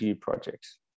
projects